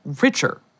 richer